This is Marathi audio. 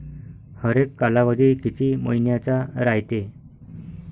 हरेक कालावधी किती मइन्याचा रायते?